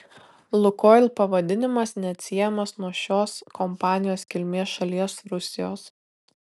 lukoil pavadinimas neatsiejamas nuo šios kompanijos kilmės šalies rusijos